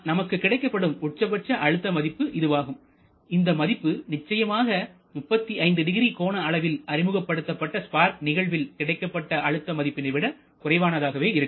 நமக்கு கிடைக்கப்படும் உச்சபட்ச அழுத்த மதிப்பு இதுவாகும் இந்த மதிப்பு நிச்சயமாக 350 கோண அளவில் அறிமுகப்படுத்தப்பட்ட ஸ்பார்க் நிகழ்வில் கிடைக்கப்பட்ட அழுத்த மதிப்பினை விட குறைவாகவே இருக்கும்